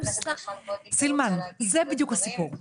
סילמן זה בדיוק הסיפור.